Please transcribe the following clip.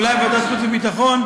אולי בוועדת החוץ והביטחון.